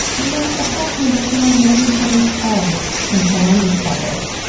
and then a fraction of those went on to learn each other's calls and bond as couples.